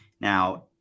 now